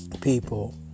people